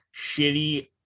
shitty